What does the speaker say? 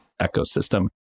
ecosystem